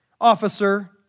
officer